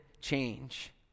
change